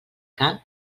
camp